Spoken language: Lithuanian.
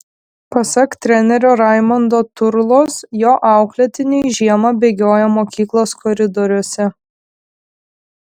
pasak trenerio raimondo turlos jo auklėtiniai žiemą bėgioja mokyklos koridoriuose